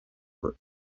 group